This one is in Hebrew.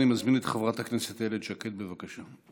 אני מזמין את חברת הכנסת איילת שקד, בבקשה.